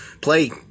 play